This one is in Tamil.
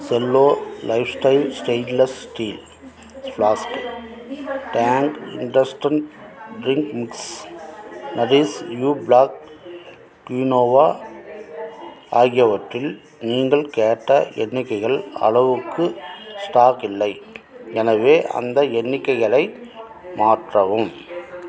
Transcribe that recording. Cello lifestyle stainless steel flask Tang instant drink mix nourish you black quinoa ஆகியவற்றில் நீங்கள் கேட்ட எண்ணிக்கைகள் அளவுக்கு ஸ்டாக் இல்லை எனவே அந்த எண்ணிக்கைகளை மாற்றவும்